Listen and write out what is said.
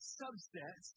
subsets